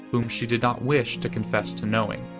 whom she did not wish to confess to knowing?